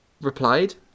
replied